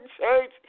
church